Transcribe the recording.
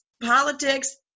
politics